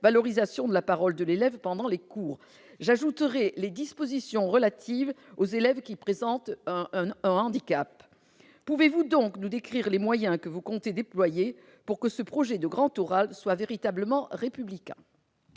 valorisation de la parole de l'élève pendant les cours ... J'y ajoute les dispositions relatives aux élèves qui présentent un handicap. Pouvez-vous donc nous décrire les moyens que vous comptez déployer pour que ce projet de grand oral soit véritablement républicain ?